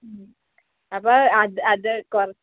മ് അപ്പോൾ അത് അത് കുറെ